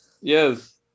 yes